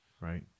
right